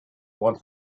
want